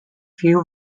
few